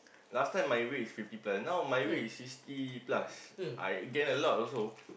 last time my weight is fifty plus now my weight is sixty plus I gain a lot also